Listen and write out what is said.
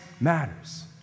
matters